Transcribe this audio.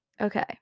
Okay